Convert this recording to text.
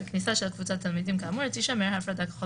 בכניסה של קבוצת תלמידים כאמור תישמר ההפרדה ככל